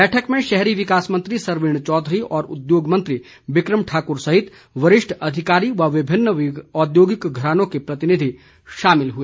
बैठक में शहरी विकास मंत्री सरवीण चौधरी और उद्योग मंत्री बिक्रम ठाकर सहित वरिष्ठ अधिकारी व विभिन्न औद्योगिक घरानों के प्रतिनिधि शामिल हुए